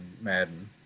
Madden